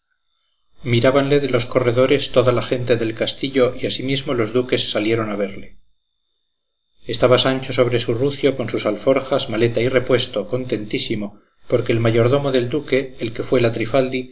castillo mirábanle de los corredores toda la gente del castillo y asimismo los duques salieron a verle estaba sancho sobre su rucio con sus alforjas maleta y repuesto contentísimo porque el mayordomo del duque el que fue la